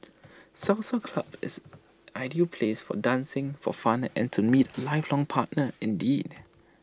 salsa club is ideal place for dancing for fun and to meet lifelong partner indeed